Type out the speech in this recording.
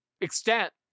extent